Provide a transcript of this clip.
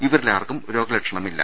ഇവരിലാർക്കും രോഗലക്ഷണമില്ല